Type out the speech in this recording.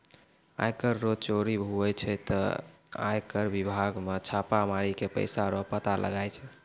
आय कर रो चोरी हुवै छै ते आय कर बिभाग मे छापा मारी के पैसा रो पता लगाय छै